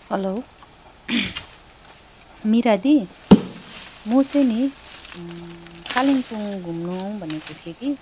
hello Mira दी म चाहिँ नि कालिम्पोङ घुम्न आउँ भनेको थिएँ कि